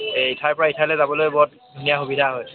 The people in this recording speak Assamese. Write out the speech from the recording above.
এই ইঠাইৰ পৰা ইঠাইলৈ যাবলৈ বৰ ধুনীয়া সুবিধা হয়